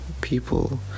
people